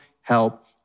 help